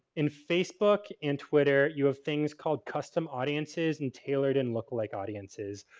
in facebook and twitter you have things called custom audiences and tailored and look-alike audiences.